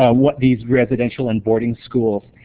um what these residential and boarding schools.